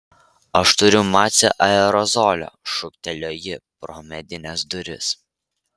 aš turiu mace aerozolio šūktelėjo ji pro medines duris